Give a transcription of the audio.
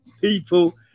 people